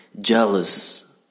jealous